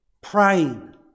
praying